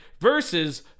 versus